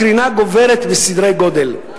הקרינה גוברת בסדרי-גודל.